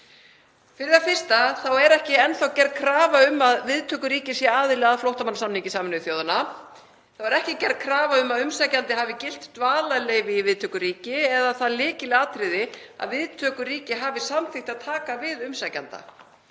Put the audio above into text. Fyrir það fyrsta þá er ekki enn þá gerð krafa um að viðtökuríkið sé aðili að flóttamannasamningi Sameinuðu þjóðanna. Það er ekki gerð krafa um að umsækjandi hafi gilt dvalarleyfi í viðtökuríki eða það lykilatriði að viðtökuríki hafi samþykkt að taka við umsækjanda.